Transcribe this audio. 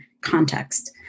context